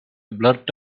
blurt